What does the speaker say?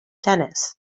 tennis